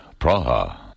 Praha